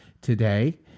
today